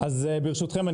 ברשותכם,